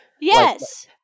Yes